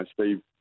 Steve